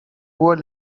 poor